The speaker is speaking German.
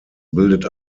bildet